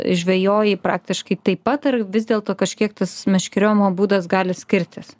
žvejoji praktiškai taip pat ar vis dėlto kažkiek tas meškeriojimo būdas gali skirtis